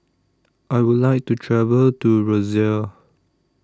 I Would like to travel to Roseau